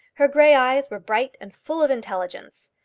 her grey eyes were bright and full of intelligence,